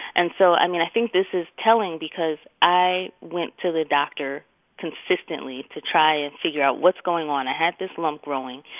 and so, i mean, i think this is telling because i went to the doctor consistently to try and figure out what's going on i had this lump growing,